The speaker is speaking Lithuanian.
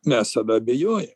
mes tada abejojam